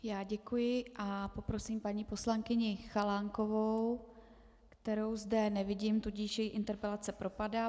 Já děkuji a poprosím paní poslankyni Chalánkovou, kterou zde nevidím, tudíž její interpelace propadá.